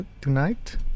tonight